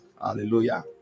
hallelujah